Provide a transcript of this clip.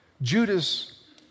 Judas